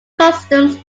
customs